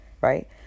Right